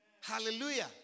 Hallelujah